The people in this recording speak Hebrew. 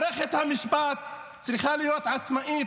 מערכת המשפט צריכה להיות עצמאית,